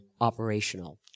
operational